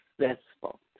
successful